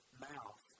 mouth